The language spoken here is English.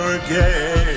again